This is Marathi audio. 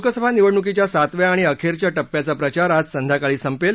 लोकसभा निवडणुकीच्या सातव्या आणि अखेरच्या टप्प्याचा प्रचार आज संध्याकाळी संपेल